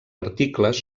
articles